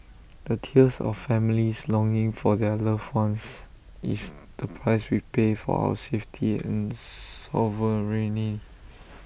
the tears of families longing for their loved ones is the price we pay for our safety and sovereignty